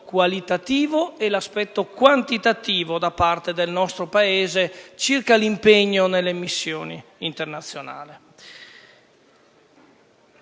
qualitativo e quantitativo da parte del nostro Paese circa l'impegno nelle missioni internazionali,